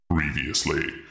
Previously